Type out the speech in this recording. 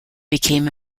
became